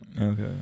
Okay